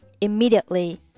immediately